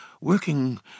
working